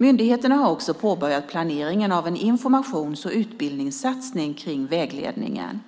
Myndigheterna har också påbörjat planeringen av en informations och utbildningssatsning kring vägledningen.